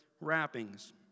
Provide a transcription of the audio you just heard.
wrappings